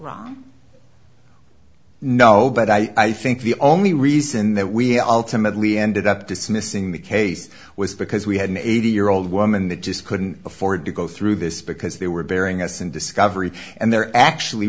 wrong no but i think the only reason that we all timidly ended up dismissing the case was because we had an eighty year old woman that just couldn't afford to go through this because they were burying us and discovery and there actually